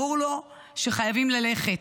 ברור לו שחייבים ללכת,